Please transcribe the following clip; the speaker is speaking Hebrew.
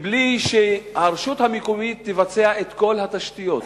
בלי שהרשות המקומית תבצע את כל התשתיות.